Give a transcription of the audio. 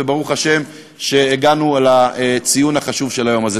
ברוך השם שהגענו לציון החשוב של היום הזה.